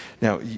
now